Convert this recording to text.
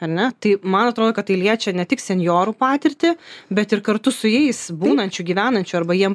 ar ne tai man atrodo kad tai liečia ne tik senjorų patirtį bet ir kartu su jais būnančių gyvenančių arba jiem